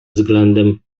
względem